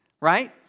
right